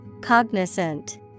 Cognizant